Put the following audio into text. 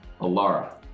Alara